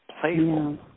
Playful